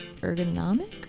ergonomic